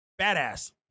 badass